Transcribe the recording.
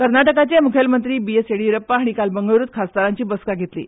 कर्नाटकाचे मुखेलमंत्री बीएस येडीयुरप्पा हांणी काल बंगळुरूंत खासदारांची बसका घेतली